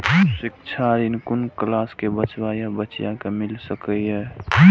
शिक्षा ऋण कुन क्लास कै बचवा या बचिया कै मिल सके यै?